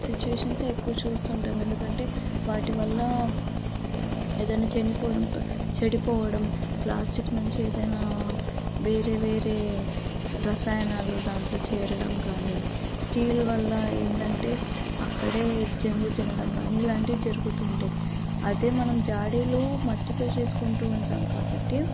సిచ్యుయేషన్సే ఎక్కువ చూస్తూ ఉంటాము ఎందుకంటే వాటి వల్ల ఏదైనా చనిపోవడం చెడిపోవడం ప్లాస్టిక్ నుంచి ఏదైనా వేరే వేరే రసాయనాలు దాంట్లో చేరడం కానీ స్టీల్ వల్ల ఏంటంటే అక్కడే జంగు తినడం కానీ ఇలాంటివి జరుగుతుంటాయి అదే మనం జాడీలు మట్టితో చేసుకుంటూ ఉంటాము కాబట్టి